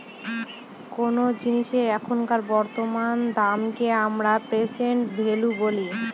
কোনো জিনিসের এখনকার বর্তমান দামকে আমরা প্রেসেন্ট ভ্যালু বলি